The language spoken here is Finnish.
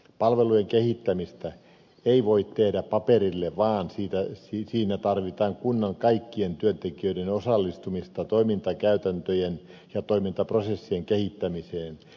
palvelujen kehittämistä ei voi tehdä paperille vaan siinä tarvitaan kunnan kaikkien työntekijöiden osallistumista toimintakäytäntöjen ja toimintaprosessien kehittämiseen